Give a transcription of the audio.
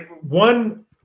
One